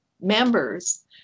members